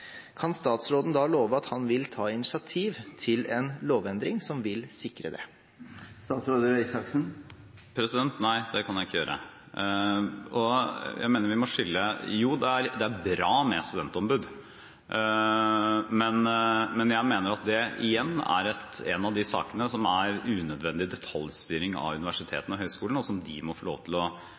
kan statsråden da love at han vil ta initiativ til en lovendring som vil sikre det? Nei, det kan jeg ikke gjøre. Det er bra med studentombud, men jeg mener at det igjen er en av de sakene som er unødvendig detaljstyring av universitetene og høyskolene, og som de må få lov til å